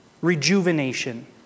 rejuvenation